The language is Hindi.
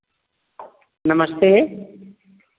नमस्ते